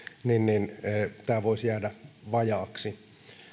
niin niin tämä voisi jäädä vajaaksi